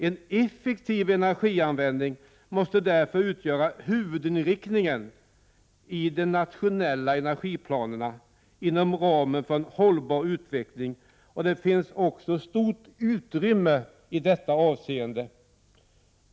En effektiv energianvändning måste därför utgöra huvudinriktningen i de nationella energiplanerna inom ramen för en hållbar utveckling och det finns också stort utrymme i detta avseende.